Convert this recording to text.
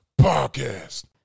podcast